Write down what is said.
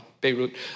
Beirut